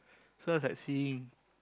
so it was like seeing